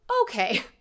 Okay